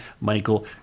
Michael